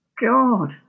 God